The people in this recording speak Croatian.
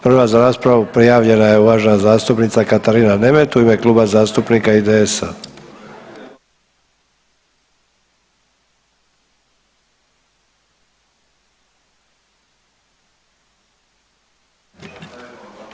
Prva za raspravu prijavljena je uvažena zastupnica Katarina Nemet u ime Kluba zastupnika IDS-a.